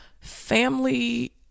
family